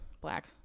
black